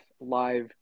live